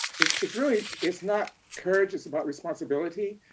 it's it's really, it's not courage, it's about responsibility.